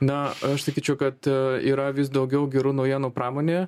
na aš sakyčiau kad yra vis daugiau gerų naujienų pramonėje